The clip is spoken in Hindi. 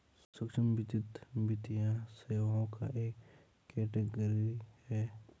सूक्ष्म वित्त, वित्तीय सेवाओं का एक कैटेगरी है